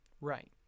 right